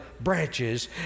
branches